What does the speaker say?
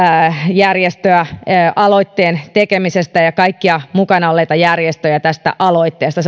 järjestöä aloitteen tekemisestä ja ja kaikkia mukana olleita järjestöjä tästä aloitteesta